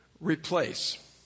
replace